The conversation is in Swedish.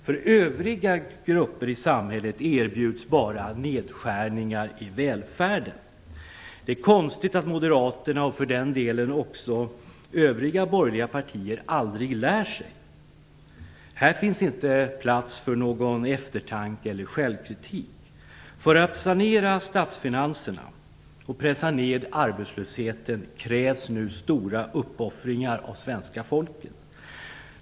För övriga grupper i samhället erbjuds bara nedskärningar i välfärden. Det är konstigt att moderaterna, och för den delen också övriga borgerliga partier, aldrig lär sig. Här finns inte plats för någon eftertanke eller självkritik. För att sanera statsfinanserna och pressa ned arbetslösheten krävs nu stora uppoffringar av svenska folket.